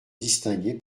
distingué